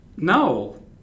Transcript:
No